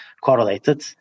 correlated